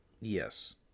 Yes